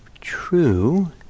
true